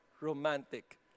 romantic